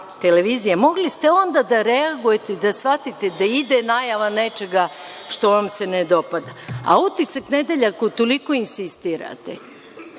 na B92. Mogli ste onda da reagujete, da shvatite da ide najava nečega što vam se ne dopada.A „Utisak nedelje“, ako toliko insistirate,